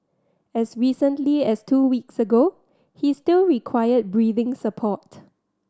as recently as two weeks ago he still required breathing support